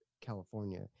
California